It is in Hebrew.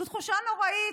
זו תחושה נוראית